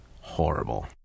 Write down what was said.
horrible